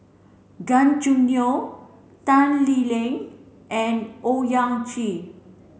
Gan Choo Neo Tan Lee Leng and Owyang Chi